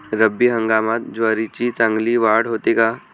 रब्बी हंगामात ज्वारीची चांगली वाढ होते का?